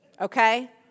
Okay